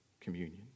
communion